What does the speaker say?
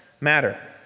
matter